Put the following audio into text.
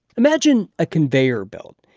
imagine a conveyor belt.